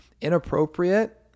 inappropriate